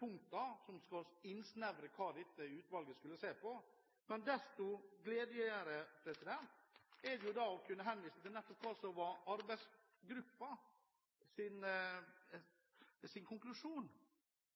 punktene som skal innsnevre hva dette utvalget skulle se på. Desto gledeligere er det å kunne henvise til